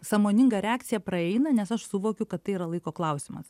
sąmoninga reakcija praeina nes aš suvokiu kad tai yra laiko klausimas